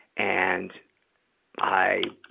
and i,